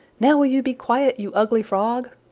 now, will you be quiet, you ugly frog?